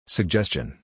Suggestion